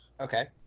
Okay